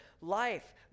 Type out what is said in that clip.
life